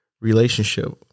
relationship